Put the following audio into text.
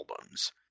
albums